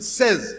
says